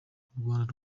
rwanda